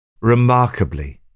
Remarkably